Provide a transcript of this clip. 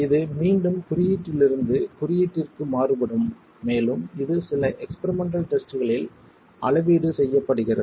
இது மீண்டும் குறியீட்டிலிருந்து குறியீட்டிற்கு மாறுபடும் மேலும் இது சில எஸ்பிரிமென்டல் டெஸ்ட்களில் அளவீடு செய்யப்படுகிறது